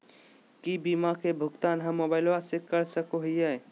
की बीमा के भुगतान हम मोबाइल से कर सको हियै?